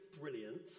brilliant